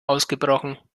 ausgebrochen